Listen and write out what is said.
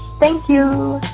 thank you